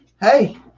Hey